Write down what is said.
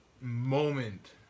moment